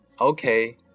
Okay